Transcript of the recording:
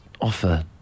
offer